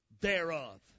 thereof